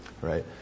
right